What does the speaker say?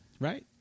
right